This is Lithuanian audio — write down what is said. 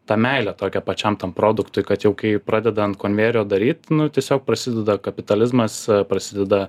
tą meilę tokią pačiam tam produktui kad jau kai pradeda ant konvejerio daryt nu tiesiog prasideda kapitalizmas prasideda